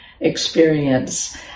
experience